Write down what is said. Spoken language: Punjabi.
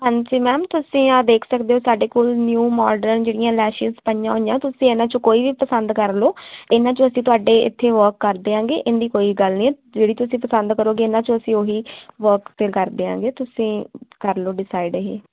ਹਾਂਜੀ ਮੈਮ ਤੁਸੀਂ ਆਹ ਦੇਖ ਸਕਦੇ ਹੋ ਸਾਡੇ ਕੋਲ ਨਿਊ ਮੋਡਰਨ ਜਿਹੜੀਆਂ ਲੈਸ਼ਿਸ਼ ਪਈਆਂ ਹੋਈਆਂ ਤੁਸੀਂ ਇਹਨਾਂ 'ਚੋਂ ਕੋਈ ਵੀ ਪਸੰਦ ਕਰ ਲਓ ਇਹਨਾਂ 'ਚੋਂ ਅਸੀਂ ਤੁਹਾਡੇ ਇੱਥੇ ਵਰਕ ਕਰ ਦਿਆਂਗੇ ਇਹਦੀ ਕੋਈ ਗੱਲ ਨਹੀਂ ਜਿਹੜੀ ਤੁਸੀਂ ਪਸੰਦ ਕਰੋਗੇ ਇਹਨਾਂ 'ਚ ਅਸੀਂ ਉਹੀ ਵਰਕ 'ਤੇ ਕਰ ਦਿਆਂਗੇ ਤੁਸੀਂ ਕਰ ਲਓ ਡਿਸਾਈਡ ਇਹ